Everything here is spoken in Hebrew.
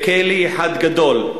לכלא אחד גדול,